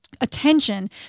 attention